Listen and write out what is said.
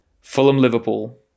Fulham-Liverpool